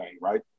right